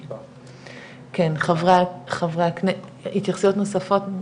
כן, התייחסויות נוספות?